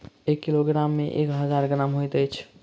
एक किलोग्राम मे एक हजार ग्राम होइत अछि